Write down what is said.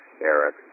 Eric